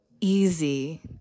easy